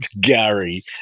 Gary